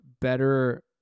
better